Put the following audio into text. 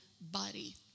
body